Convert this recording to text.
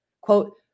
Quote